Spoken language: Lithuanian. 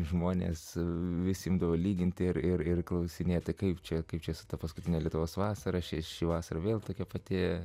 žmonės vis imdavo lyginti ir ir klausinėti kaip čia kaip čia su ta paskutine lietuvos vasara šešiuose ir vėl tokia pati